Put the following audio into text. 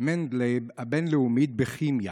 מנדלייב הבין-לאומית בכימיה.